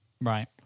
Right